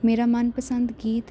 ਮੇਰਾ ਮਨ ਪਸੰਦ ਗੀਤ